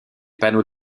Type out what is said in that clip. panneaux